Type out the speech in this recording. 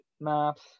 maps